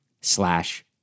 slash